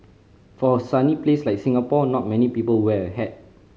for a sunny place like Singapore not many people wear a hat